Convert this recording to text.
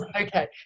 Okay